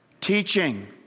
teaching